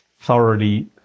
thoroughly